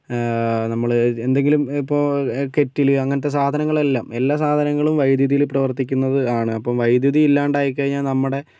നമ്മള് എന്തെങ്കിലും ഇപ്പം കെറ്റില് അങ്ങനെത്തെ സാധനങ്ങള് എല്ലാം എല്ലാ സാധനങ്ങളും വൈദ്യുതിയിൽ പ്രവർത്തിക്കുന്നത് ആണ് അപ്പം വൈദ്യുതി ഇല്ലാതെയായി കഴിഞ്ഞാൽ നമ്മുടെ